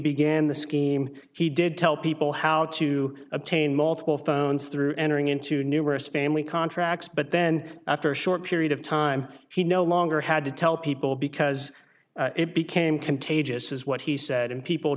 scheme he did tell people how to obtain multiple phones through entering into numerous family contracts but then after a short period of time he no longer had to tell people because it became contagious is what he said and people